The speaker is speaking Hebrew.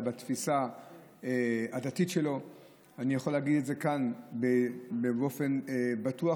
אני יכול להגיד את זה כאן באופן בטוח